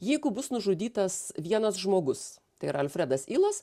jeigu bus nužudytas vienas žmogus tai yra alfredas ilas